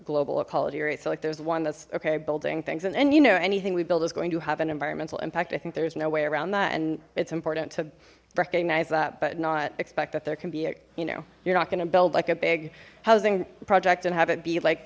global ecology right so like there's one that's okay building things and you know anything we build is going to have an environmental impact i think there's no way around that and it's important to recognize that but not expect that there can be you know you're not going to build like a big housing project and have it be like